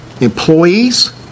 employees